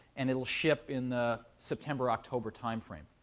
and it will ship in the september, october timeframe.